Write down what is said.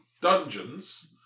dungeons